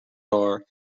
are